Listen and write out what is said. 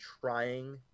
trying